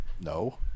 No